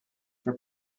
for